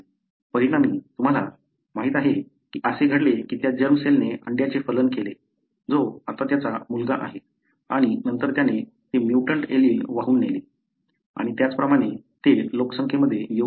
परिणामी तुम्हाला माहिती आहे की असे घडले की त्या जर्म सेलने अंड्याचे फलन केले जो आता त्याचा मुलगा आहे आणि नंतर त्याने ते म्युटंट एलील वाहून नेले आणि त्याचप्रमाणे ते लोकसंख्येमध्ये येऊ शकले असते